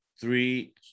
three –